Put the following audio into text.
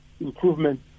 improvement